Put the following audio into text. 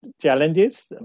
challenges